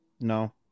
no